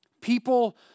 People